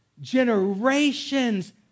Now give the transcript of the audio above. Generations